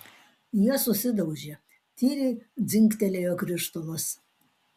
jie susidaužė tyliai dzingtelėjo krištolas